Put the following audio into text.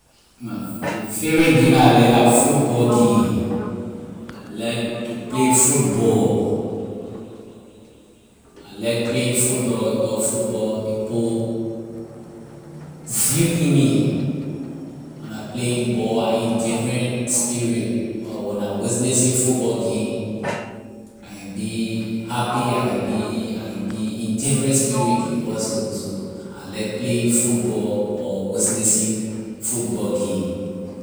My ley favorite game la I like la football game I like to play football. I like playing football because football a put zeal in me when I playing ley ball I in different spirit or when I witness fooball game I can be happy I ca be I can be in different spirit again also so I like playing football or witnessing football game.